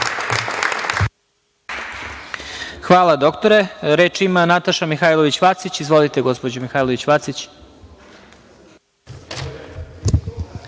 Hvala doktore. Reč ima Nataša Mihajlović Vacić. Izvolite. **Nataša Mihailović Vacić**